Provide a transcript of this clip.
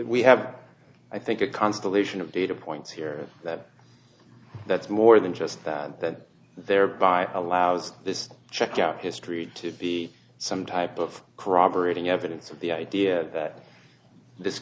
we have i think a constellation of data points here that that's more than just that that there by allows this check out history to be some type of corroborating evidence of the idea that this